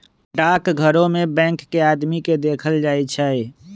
डाकघरो में बैंक के आदमी के देखल जाई छई